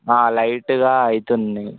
లైట్గా అవుతుంది